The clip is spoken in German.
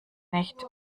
nicht